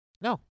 No